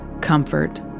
comfort